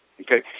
Okay